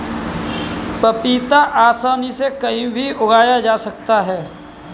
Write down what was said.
पपीता आसानी से कहीं भी उगाया जा सकता है